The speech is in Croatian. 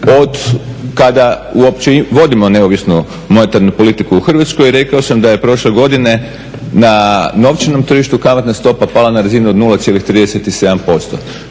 od kada uopće vodimo neovisnu monetarnu politiku u Hrvatskoj.I rekao sam da je prošle godine na novčanom tržištu kamatna stopa pala na razinu od 0,37%,